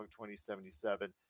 2077